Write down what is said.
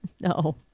No